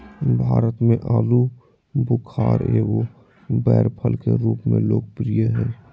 भारत में आलूबुखारा एगो बैर फल के रूप में लोकप्रिय हइ